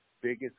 biggest